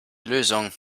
lösung